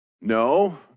No